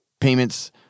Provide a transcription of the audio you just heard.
payments –